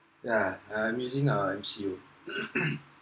yeah I'm using err M_C_O